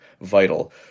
vital